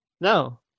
No